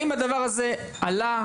האם הדבר הזה עלה?